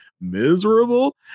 miserable